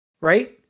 Right